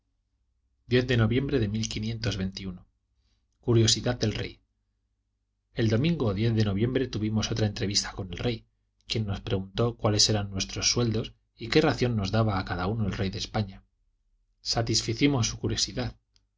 de noviembre de del rey el domingo de noviembre tuvimos otra entrevista con el rey quien nos preguntó cuáles eran nuestros sueldos y qué ración nos daba a cada uno el rey de españa satisficimos su curiosidad